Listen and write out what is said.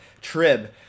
Trib